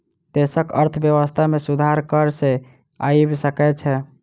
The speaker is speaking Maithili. देशक अर्थव्यवस्था में सुधार कर सॅ आइब सकै छै